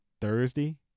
Thursday